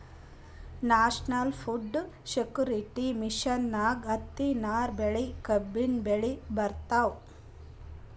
national food security ಮಿಷನ್ದಾಗ್ ಹತ್ತಿ, ನಾರ್ ಬೆಳಿ, ಕಬ್ಬಿನ್ ಬೆಳಿ ಬರ್ತವ್